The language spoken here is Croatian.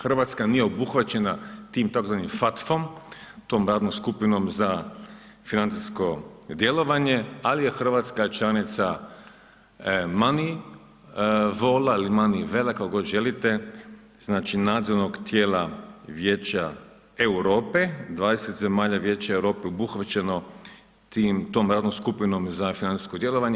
Hrvatska nije obuhvaćena tim tzv. FATF-om tom radnom skupinom za financijsko djelovanje ali je Hrvatska članica Manivol-a ili Manivel-a, kako god želite znači nadzornog tijela Vijeća Europe, 20 zemalja Vijeća Europe obuhvaćeno tom radnom skupinom za financijsko djelovanje.